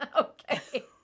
Okay